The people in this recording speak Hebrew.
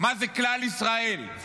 מה זה כלל ישראל.